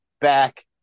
back